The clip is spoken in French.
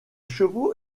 chevaux